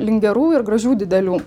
link gerų ir gražių didelių